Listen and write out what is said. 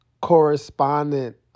correspondent